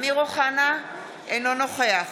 אינו נוכח